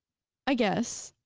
i guess,